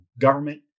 government